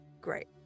great